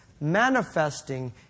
manifesting